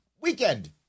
weekend